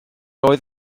oedd